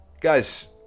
guys